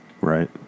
right